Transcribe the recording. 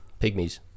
pygmies